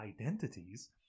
identities